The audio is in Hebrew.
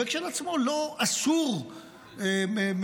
זה כשלעצמו לא אסור מדאורייתא,